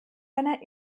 einer